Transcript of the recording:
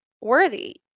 worthy